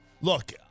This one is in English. Look